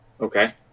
Okay